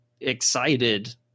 excited